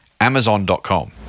Amazon.com